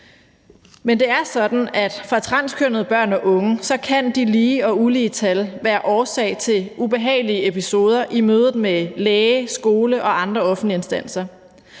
Men det er sådan, at for transkønnede børn og unge kan de lige og ulige tal være årsag til ubehagelige episoder i mødet med læge, skole og andre offentlige instanser.